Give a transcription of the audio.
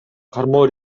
кармоо